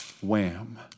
wham